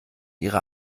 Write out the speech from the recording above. ihre